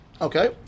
Okay